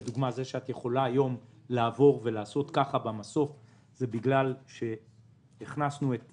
לדוגמה זה שאת יכולה לעבור ולעשות ככה במסוף זה בגלל שהכנסנו את